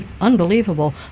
unbelievable